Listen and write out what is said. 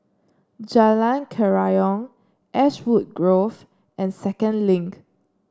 Jalan Kerayong Ashwood Grove and Second Link